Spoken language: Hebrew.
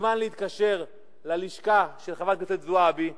מוזמן להתקשר ללשכה של חברת הכנסת זועבי עכשיו,